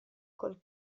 col